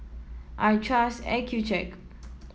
I trust Accucheck